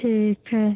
ठीक है